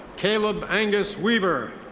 caleb angus weaver.